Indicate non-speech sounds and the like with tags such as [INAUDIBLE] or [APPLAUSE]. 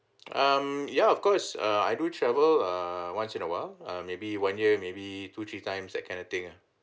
[NOISE] um ya of course uh I do travel err once in a while uh maybe one year maybe two three times that kind of thing ah